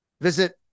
Visit